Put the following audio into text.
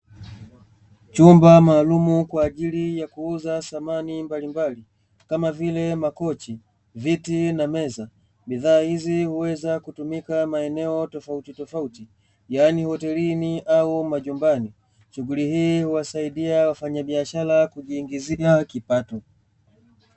Chumba maalumu kwa ajili ya kuuza samani mbalimbali, kama vile makochi, viti na meza. Bidhaa hizi huweza kutumika maeneo tofautitofauti, yaani hotelini au majumbani. Shughuli hii, huwasaidia wafanyabiashara kujiingizia kipato.